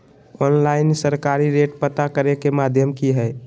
Online सरकारी rate पता करे के माध्यम की हय?